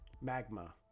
magma